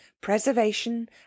preservation